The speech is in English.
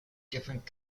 different